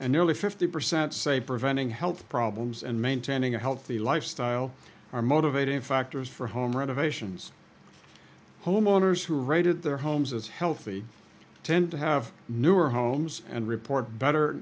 and nearly fifty percent say preventing health problems and maintaining a healthy lifestyle are motivating factors for home renovations homeowners who rated their homes as healthy tend to have newer homes and report better